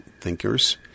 thinkers